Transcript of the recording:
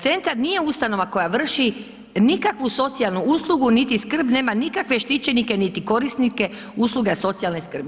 Centar nije ustanova koja vrši nikakvu socijalnu uslugu, niti skrb nema nikakve štićenike, niti korisnike usluga socijalne skrbi.